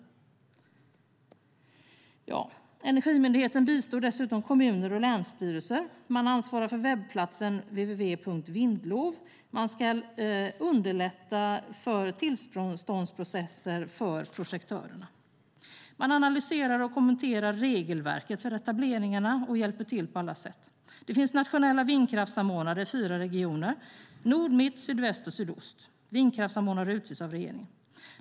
Energimyndigheten bistår dessutom kommuner och länsstyrelser. Man ansvarar för webbplatsen www.vindlov.se och ska underlätta tillståndsprocesser för projektörerna. Man analyserar och kommenterar regelverket för etableringarna och hjälper till på alla sätt. Det finns nationella vindkraftssamordnare i fyra regioner, Nord, Mitt, Sydväst och Sydost. Vindkraftssamordnare utses av regeringen.